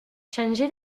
changé